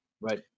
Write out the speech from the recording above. Right